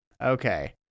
Okay